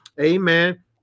Amen